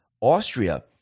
Austria